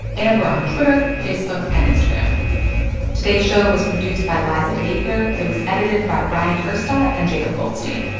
and we're on twitter, facebook and instagram today's show was produced by liza yeager. it was edited by bryant urstadt and jacob goldstein.